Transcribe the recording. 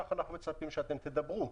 כך אנחנו מצפים שתדברו.